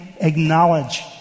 acknowledge